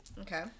Okay